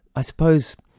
i suppose,